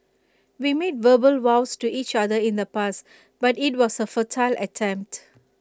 we made verbal vows to each other in the past but IT was A futile attempt